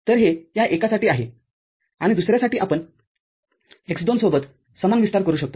तर हे या एकासाठी आहे आणि दुसर्यासाठी आपण x २ सोबत समान विस्तार करू शकतो